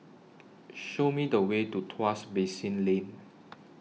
Show Me The Way to Tuas Basin Lane